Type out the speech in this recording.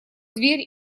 дверь